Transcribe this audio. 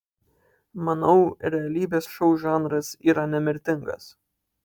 manau realybės šou žanras yra nemirtingas